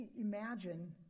imagine